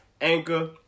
Anchor